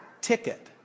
ticket